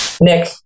Nick